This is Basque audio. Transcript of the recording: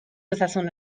dezazun